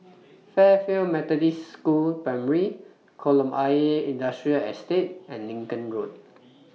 Fairfield Methodist School Primary Kolam Ayer Industrial Estate and Lincoln Road